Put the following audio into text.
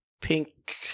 pink